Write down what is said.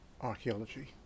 archaeology